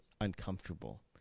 uncomfortable